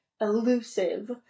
elusive